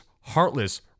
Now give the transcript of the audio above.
heartless